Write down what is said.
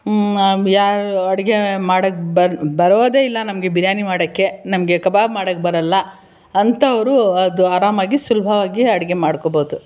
ಅಡುಗೆ ಮಾಡಕ್ಕೆ ಬರ ಬರೋದೇ ಇಲ್ಲ ನಮಗೆ ಬಿರ್ಯಾನಿ ಮಾಡೋಕ್ಕೆ ನಮಗೆ ಕಬಾಬ್ ಮಾಡಕ್ಕೆ ಬರಲ್ಲ ಅಂಥವರು ಅದು ಆರಾಮಾಗಿ ಸುಲಭವಾಗಿ ಅಡುಗೆ ಮಾಡ್ಕೊಬೋದು